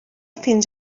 fins